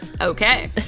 Okay